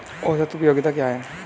औसत उपयोगिता क्या है?